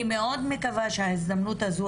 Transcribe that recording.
אני מאד מקווה שההזדמנות הזו,